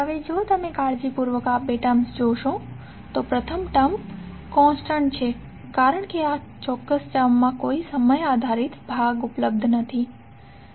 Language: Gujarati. હવે જો તમે કાળજીપૂર્વક આ બે ટર્મ્સ જોશો તો પ્રથમ ટર્મ કોન્સટન્ટ છે કારણ કે આ ચોક્કસ ટર્મમાં કોઈ સમય આધારિત ભાગ ઉપલબ્ધ નથી